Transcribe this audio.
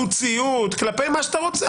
וכל מה שאתה רוצה.